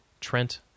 Trent